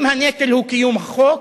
אם הנטל הוא קיום חוק,